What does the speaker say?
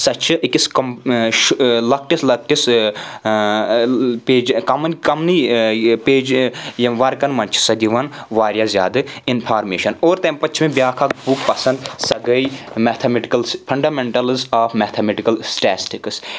سۄ چھِ أکِس لۄکٹِس لۄکٹِس پَیج کمَن کمنٕے پَیج یِم ورکَن منٛز چھِ سۄ دِوان واریاہ زیادٕ اِنفارمَیشَن اور تَمہِ پَتہٕ چھِ مےٚ بَیٚاکھ اَکھ بُک پسنٛد سۄ گٔے mathematical fundamentals of mathematical statistics